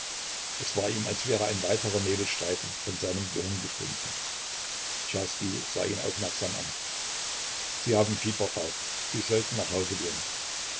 es war ihm als wäre ein weiter nebelstreifen von seinem gehirn geschwunden czerski sah ihn aufmerksam an sie haben fieber falk sie sollten nach hause gehen